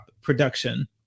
production